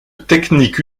technique